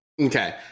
Okay